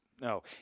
no